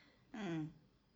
mm